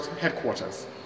headquarters